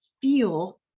feel